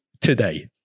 today